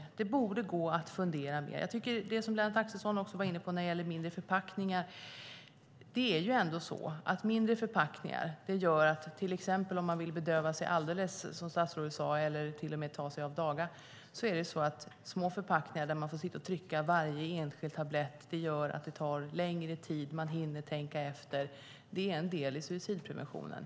Det borde gå att fundera mer. Lennart Axelsson var inte på detta med mindre förpackningar. Om man vill bedöva sig alldeles, som statsrådet sade, eller till och med ta sig av daga är det svårare med mindre förpackningar där man måste trycka ut varje enskild tablett. Det tar längre tid, och man hinner tänka efter. Det är en del i suicidpreventionen.